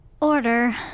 Order